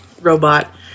robot